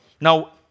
Now